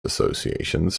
associations